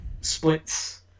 splits